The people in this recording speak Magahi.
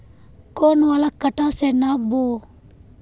कौन वाला कटा से नाप बो?